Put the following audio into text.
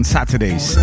Saturdays